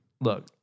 Look